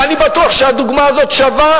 ואני בטוח שהדוגמה הזאת שווה